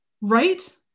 Right